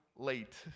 late